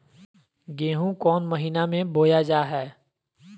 गेहूँ कौन महीना में बोया जा हाय?